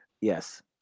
Yes